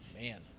Man